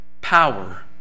power